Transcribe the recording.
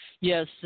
Yes